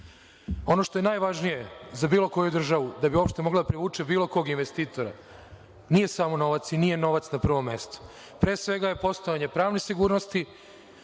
Ono što je najvažnije za bilo koju državu da bi uopšte mogla da privuče bilo kog investitora nije samo novac i nije novac na prvom mestu, pre svega je postojanje pravne sigurnosti,